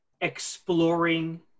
exploring